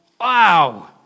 Wow